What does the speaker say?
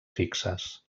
fixes